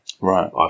Right